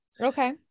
Okay